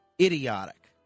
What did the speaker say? idiotic